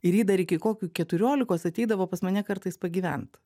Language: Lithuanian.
ir ji dar iki kokių keturiolikos ateidavo pas mane kartais pagyvent